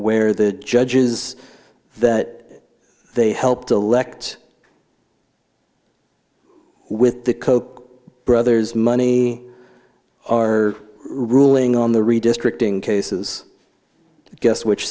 where the judges that they helped elect with the koch brothers money are ruling on the redistricting cases guess which